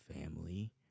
family